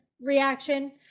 reaction